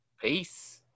Peace